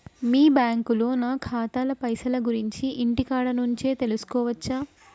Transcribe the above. మీ బ్యాంకులో నా ఖాతాల పైసల గురించి ఇంటికాడ నుంచే తెలుసుకోవచ్చా?